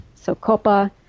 SOCOPA